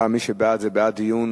מי שבעד זה בעד דיון